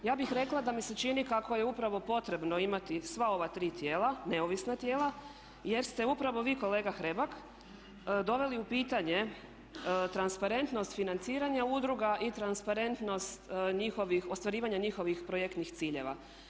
Ja bih rekla da mi se čini kako je upravo potrebno imati sva ova tri tijela, neovisna tijela jer ste upravo vi kolega Hrebak doveli u pitanje transparentnost financija udruga i transparentnost njihovih, ostvarivanja njihovih projektnih ciljeva.